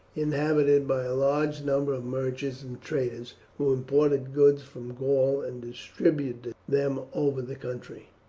inhabited by large numbers of merchants and traders, who imported goods from gaul and distributed them over the country.